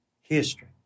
history